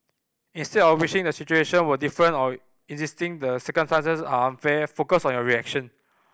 instead of wishing the situation were different or insisting the circumstances are unfair focus on your reaction